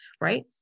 right